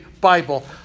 Bible